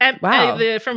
Wow